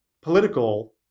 political